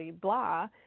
blah